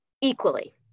equally